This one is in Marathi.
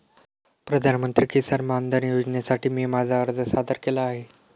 प्रधानमंत्री किसान मानधन योजनेसाठी मी माझा अर्ज सादर केला आहे